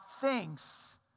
thinks